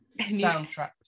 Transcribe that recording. soundtracks